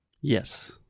Yes